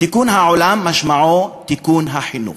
"תיקון העולם משמעו תיקון החינוך".